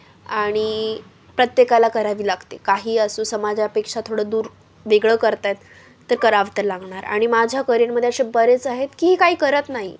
आणि प्रत्येकाला करावी लागते काही असो समाजापेक्षा थोडं दूर वेगळं करत आहेत तर करावे तर लागणार आणि माझ्या करिअरमध्ये असे बरेच आहेत की ही काही करत नाही